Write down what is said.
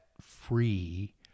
free